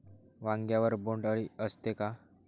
वांग्यावर बोंडअळी असते का?